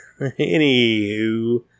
anywho